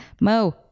Mo